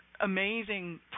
amazing